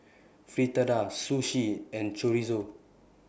Fritada Sushi and Chorizo